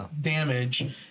damage